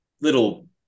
little